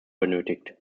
benötigt